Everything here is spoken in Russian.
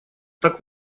так